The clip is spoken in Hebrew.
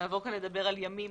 שנעבור לדבר כאן על ימים